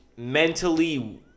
mentally